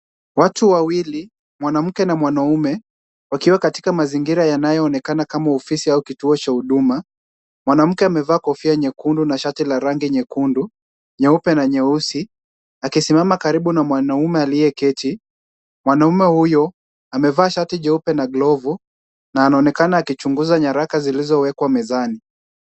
Watu waili, mwanamke na mwanaume wakiwa katika mazingira yanayoonekana kama ofisi au kituo cha huduma. Mwanamke amevaa kofia nyekundu na shati la rangi nyekundu, nyeupe na nyeusi, akisimama karibu na mwanaume aliyeketi. Mwanaume huyo, amevaa shati nyeupe na glovu na anaonekana akichunguza nyaraka zilizowekwa mezani.